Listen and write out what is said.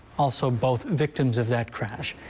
also both victims of that crash.